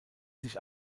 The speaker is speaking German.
sich